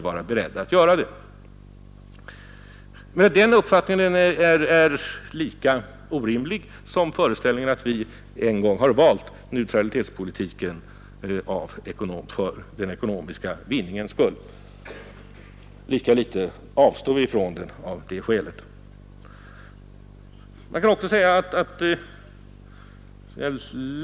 Men den uppfattningen är lika orimlig som föreställningen att vi en gång har valt neutralitetspolitiken för den ekonomiska vinningens skull. Lika litet avstår vi från den av det skälet.